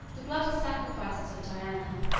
the bloody sacrifices of diana,